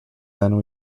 then